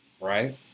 Right